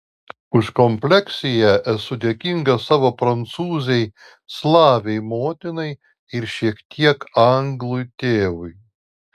už kompleksiją esu dėkingas savo prancūzei slavei motinai ir šiek tiek anglui tėvui